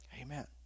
Amen